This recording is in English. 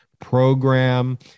program